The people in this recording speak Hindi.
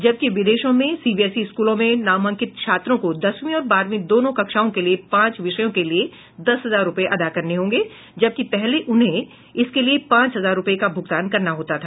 जबकि विदेशों में सीबीएसई स्कूलों में नामंकित छात्रों को दसवीं और बारहवीं दोनों कक्षाओं के लिए पांच विषयों के लिये दस हजार रुपये अदा करने होंगे जबकि पहले उन्हें इसके लिए पांच हजार रुपये का भूगतान करना होता था